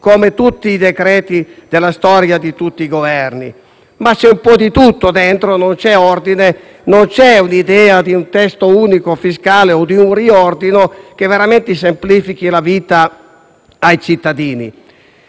come tutti i decreti-legge della storia e di tutti i Governi. C'è un po' di tutto dentro; non c'è ordine; non c'è un'idea di un testo unico fiscale o di un riordino che veramente semplifichi la vita ai cittadini.